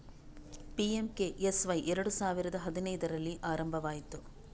PMKSY ಎರಡು ಸಾವಿರದ ಹದಿನೈದರಲ್ಲಿ ಆರಂಭವಾಯಿತು